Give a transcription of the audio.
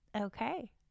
okay